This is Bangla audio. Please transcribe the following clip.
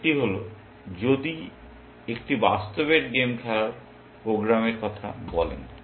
একটি হল আপনি যদি একটি বাস্তবের গেম খেলার প্রোগ্রামের কথা বলেন